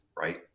right